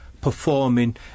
performing